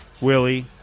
Willie